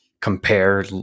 compare